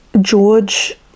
George